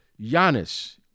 Giannis